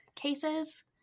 cases